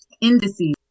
indices